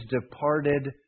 departed